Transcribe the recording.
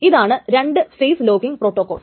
ഇതാണ് 2 phase locking protocol